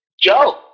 Joe